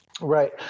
Right